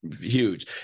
huge